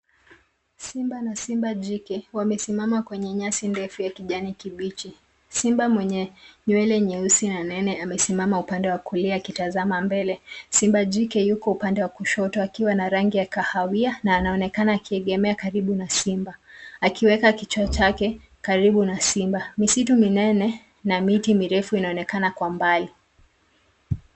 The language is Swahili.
Simba na simba jike, wamesimama kwenye nyasi ndefu ya kijani kibichi. Simba mwenye nywele nyeusi na nene amesimama upande wa kulia akitazama mbele. Simba jike yuko upande wa kushoto akiwa na rangi ya kahawia na anaonekana akiegemea karibu na simba, akiweka kichwa chake karibu na simba. Msitu minene na miti mirefu inaonekana kwa mbali.